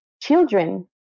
children